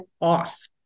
off